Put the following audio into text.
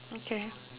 okay